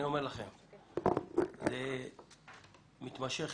מתמשך